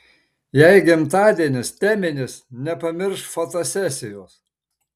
jei gimtadienis teminis nepamiršk fotosesijos